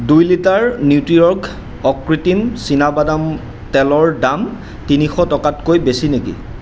দুই litre Nutriorg অকৃত্ৰিম চীনাবাদাম তেলৰ দাম তিনিশ টকাতকৈ বেছি নেকি